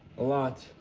a lot.